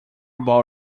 bowl